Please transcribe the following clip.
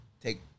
take